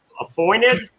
appointed